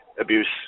abuse